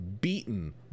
beaten